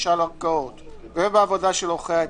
הגישה לערכאות ובעבודה של עורכי הדין.